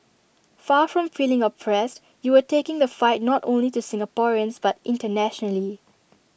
far from feeling oppressed you were taking the fight not only to Singaporeans but internationally